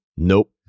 nope